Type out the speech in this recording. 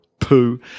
poo